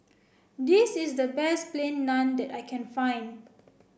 this is the best plain naan that I can find